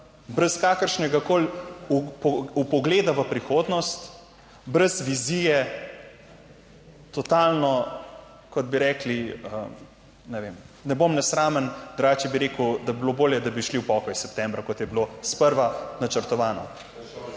brez kakršnegakoli vpogleda v prihodnost, brez vizije, totalno, kot bi rekli, ne vem, ne bom nesramen, drugače bi rekel, da bi bilo bolje, če bi šli septembra v pokoj, kot je bilo sprva načrtovano.